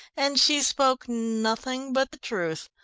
and she spoke nothing but the truth.